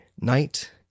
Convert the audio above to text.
Night